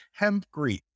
hempcrete